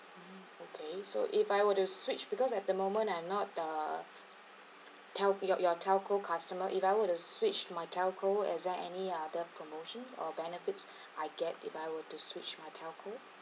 mm okay so if I were to switch because at the moment I'm not the tel~ your your telco customer if I were to switch my telco is there any other promotions or benefits I get if I would to switch my telco